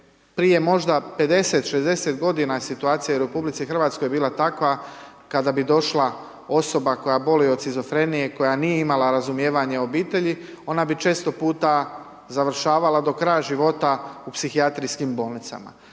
prije možda 50, 60 godina situacija u RH je bila takva kada bi došla osoba koja boluje od shizofrenije koja nije imala razumijevanje obitelji ona bi često puta završavala do kraja života u psihijatrijskim bolnicama.